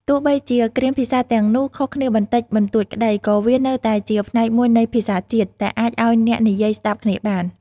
ទោះបីជាគ្រាមភាសាទាំងនោះខុសគ្នាបន្តិចបន្តួចក្តី ក៏វានៅតែជាផ្នែកមួយនៃភាសាជាតិ ដែលអាចឲ្យអ្នកនិយាយស្តាប់គ្នាបាន។